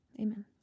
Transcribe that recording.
amen